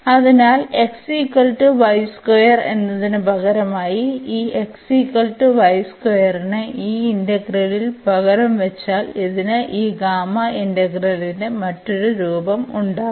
അതിനാൽ എന്നതിന് പകരമായി ഈ നെ ഈ ഇന്റഗ്രലിൽ പകരം വച്ചാൽ ഇതിന് ഈ ഗാമ ഇന്റഗ്രലിന്റെ മറ്റൊരു രൂപം ഉണ്ടാകും